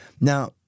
Now